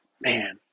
man